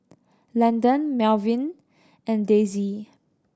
Landen Melvyn and Daisie